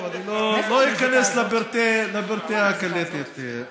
לא איכנס לפרטי הקלטת.